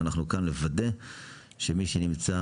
ואנחנו כאן לוודא שמי שנמצא